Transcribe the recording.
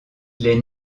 les